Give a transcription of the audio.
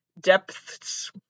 Depths